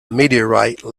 meteorite